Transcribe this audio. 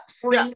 free